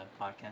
podcast